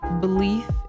belief